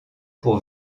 pour